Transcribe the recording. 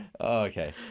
Okay